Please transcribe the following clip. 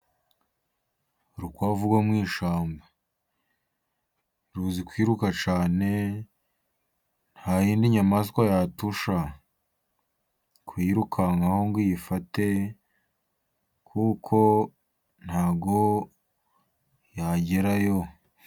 Urukwavu rwo mu ishyamba, ruzi kwiruka cyane, nta yindi nyamaswa yatusha kuyirukankaho ngo iyifate kuko ntabwo yagerayo.